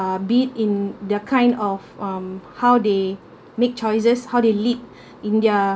uh beat in their kind of um how they make choices how they lead in their